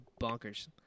bonkers